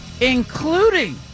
including